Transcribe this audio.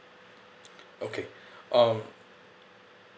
okay um